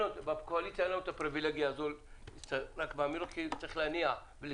בקואליציה אין לנו את הפריבילגיה הזאת אלא צריך להתקדם.